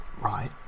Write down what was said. Right